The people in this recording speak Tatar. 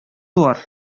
туар